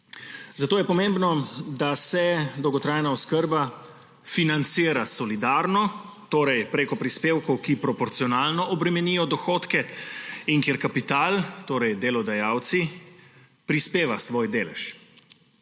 Zato je pomembno, da se dolgotrajna oskrba financira solidarno, torej preko prispevkov, ki proporcionalno obremenijo dohodke, in kjer kapital, torej delodajalci, prispeva svoj delež.